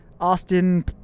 Austin